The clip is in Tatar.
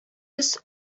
без